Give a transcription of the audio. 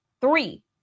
Three